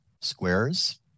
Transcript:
squares